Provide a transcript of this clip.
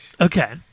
Okay